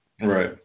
Right